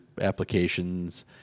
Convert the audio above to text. applications